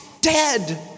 dead